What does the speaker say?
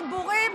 חיבורים,